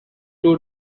two